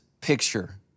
picture